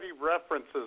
references